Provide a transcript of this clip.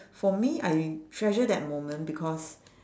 for me I treasure that moment because